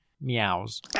meows